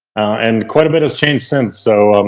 and quite a bit has changed since. so, um